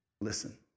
Listen